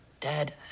Dad